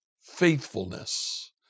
faithfulness